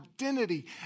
identity